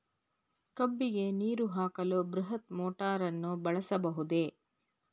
ಕಬ್ಬಿಗೆ ನೀರು ಹಾಕಲು ಬೃಹತ್ ಮೋಟಾರನ್ನು ಬಳಸಬಹುದೇ?